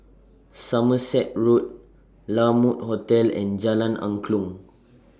Somerset Road La Mode Hotel and Jalan Angklong